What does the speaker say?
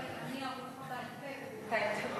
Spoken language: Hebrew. אני ערוכה בעל-פה.